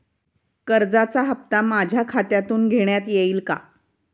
कर्जाचा हप्ता माझ्या खात्यातून घेण्यात येईल का?